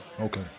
Okay